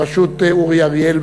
בראשות אורי אריאל,